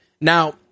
Now